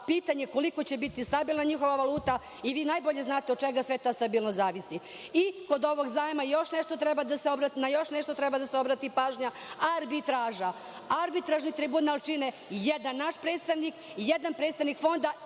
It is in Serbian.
pitanje koliko će biti stabilna njihova valuta i vi najbolje znate od čega sva ta stabilnost zavisi. Kod ovog zajma na još nešto treba da se obrati pažnja, arbitraža. Arbitražni tribunal čini jedan naš predstavnik, jedan predstavnik fonda